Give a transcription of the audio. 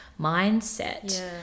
mindset